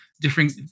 different